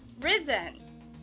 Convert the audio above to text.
risen